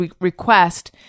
request